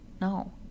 no